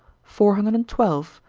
four hundred and twelve.